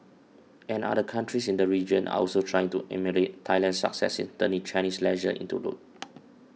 and other countries in the region are also trying to emulate Thailand's success in turning Chinese leisure into loot